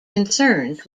concerns